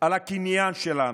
על הקניין שלנו,